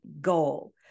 goal